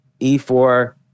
e4